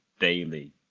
daily